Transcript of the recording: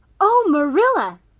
oh, marilla!